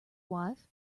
wife